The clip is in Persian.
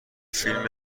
فیلم